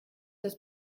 das